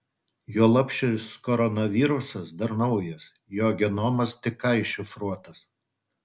juolab šis koronavirusas dar naujas jo genomas tik ką iššifruotas